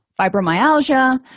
fibromyalgia